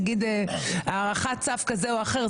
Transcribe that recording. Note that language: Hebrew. נגיד הארכת צו כזה או אחר,